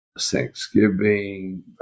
Thanksgiving